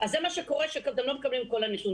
אז זה מה שקורה שאתם לא מקבלים את כל הנתונים.